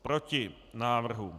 Proti návrhu.